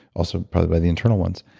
also, probably by the internal ones.